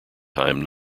time